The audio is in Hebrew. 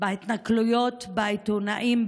בהתנכלויות לעיתונאים,